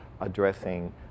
addressing